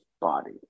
body